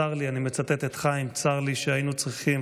אני מצטט את חיים: צר לי שהיינו צריכים